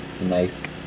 nice